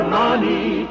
money